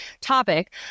topic